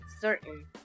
certain